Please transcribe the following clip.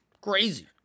Crazy